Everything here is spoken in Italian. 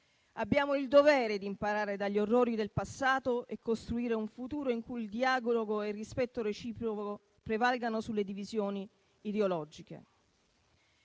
Abbiamo il dovere di imparare dagli orrori del passato e costruire un futuro in cui il dialogo e il rispetto reciproco prevalgano sulle divisioni ideologiche.